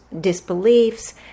disbeliefs